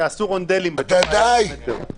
להיכן,